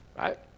right